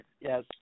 Yes